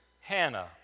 Hannah